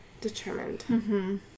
determined